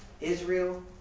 Israel